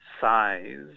size